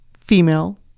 female